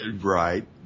Right